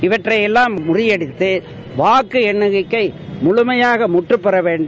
இவற்றை எல்லாம் முறியடித்து வாக்கு என்னிக்கை முழலையாக முற்றபெறவேண்டும்